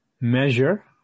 measure